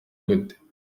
gute